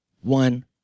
one